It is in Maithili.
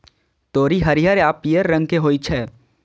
तोरी हरियर आ पीयर रंग के होइ छै